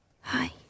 Hi